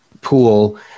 pool